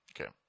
Okay